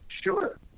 Sure